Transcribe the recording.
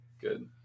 Good